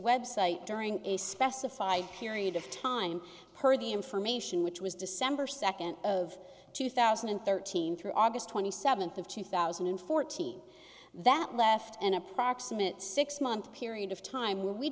web site during a specified period of time per the information which was december second of two thousand and thirteen through august twenty seventh of two thousand and fourteen that left an approximate six month period of time where we